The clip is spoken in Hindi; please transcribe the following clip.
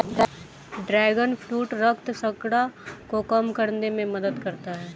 ड्रैगन फ्रूट रक्त शर्करा को कम करने में मदद करता है